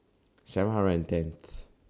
seven hundred and tenth